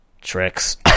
tricks